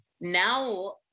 Now